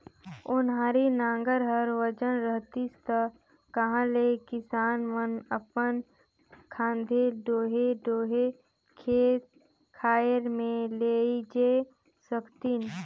ओन्हारी नांगर हर ओजन रहतिस ता कहा ले किसान मन अपन खांधे डोहे डोहे खेत खाएर मे लेइजे सकतिन